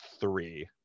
three